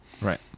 right